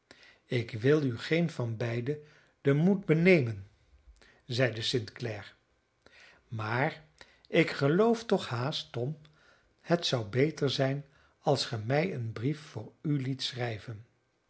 ik wil u geen van beiden den moed benemen zeide st clare maar ik geloof toch haast tom het zou beter zijn als ge mij een brief voor u liet schrijven